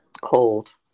Cold